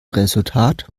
resultat